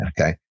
Okay